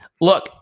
Look